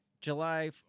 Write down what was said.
July